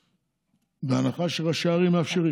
בהנחה שראשי ערים מאפשרים.